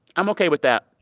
i'm ok with that.